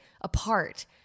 apart